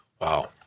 Wow